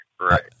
Right